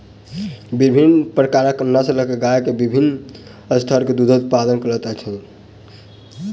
विभिन्न प्रकारक नस्ल के गाय के विभिन्न स्तर के दूधक उत्पादन करैत अछि